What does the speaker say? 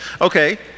Okay